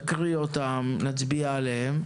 נקריא אותן ונצביע עליהן.